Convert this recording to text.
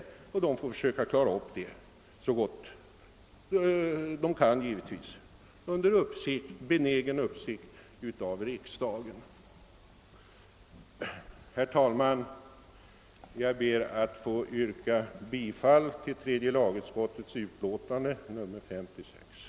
Naturvårdsverket får alltså försöka att klara upp saken så gott det nu går — allt under benägen uppsikt av riksdagen. Herr talman! Jag ber att få yrka bifall till tredje lagutskottets hemställan.